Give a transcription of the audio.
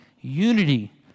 unity